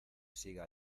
siga